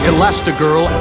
Elastigirl